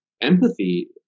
empathy